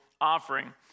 offering